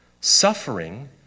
suffering